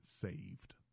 saved